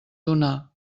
donar